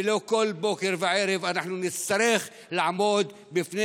ולא שבכל בוקר וערב אנחנו נצטרך לעמוד בפני